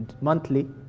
monthly